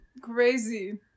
Crazy